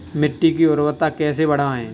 मिट्टी की उर्वरता कैसे बढ़ाएँ?